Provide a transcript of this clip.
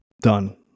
Done